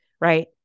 right